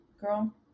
girl